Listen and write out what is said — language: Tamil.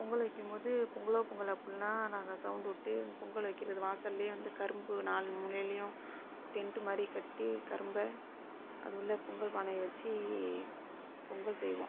பொங்கல் வைக்கும் போது பொங்கலோ பொங்கல் அப்பட்லாம் நாங்கள் சவுண்ட் விட்டு பொங்கல் வைக்கிறது வாசல்லயே வந்து கரும்பு நாலு மூலையிலையும் டென்ட்டு மாதிரி கட்டி கரும்பை அது உள்ளே பொங்கல் பானையை வச்சு பொங்கல் செய்வோம்